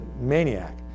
maniac